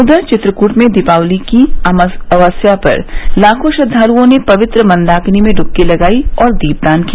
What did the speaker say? उधर चित्रकूट में दीपावली की अमावस्या पर लाखों श्रद्वालुओं ने पवित्र मन्दाकिनी में डुबकी लगायी और दीपदान किया